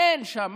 אין שם.